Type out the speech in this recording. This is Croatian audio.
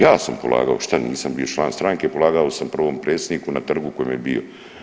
Ja sam polagao, šta, nisam bio član stranke polagao sam prvom predsjedniku na trgu kojem je bio.